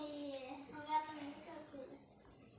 ಕೇಂದ್ರ ಸರ್ಕಾರದ ಯೋಜನೆಗಳಿಗೆ ಅರ್ಜಿ ಹೆಂಗೆ ಹಾಕೋದು?